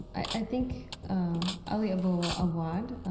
i think ali abu awwad, ah